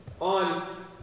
on